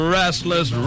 restless